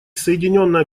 соединенное